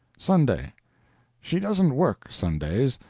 sunday she doesn't work, sundays,